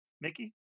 Mickey